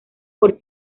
por